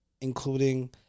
including